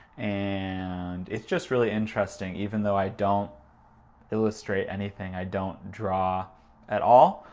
and it's just really interesting even though i don't illustrate anything, i don't draw at all.